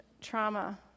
trauma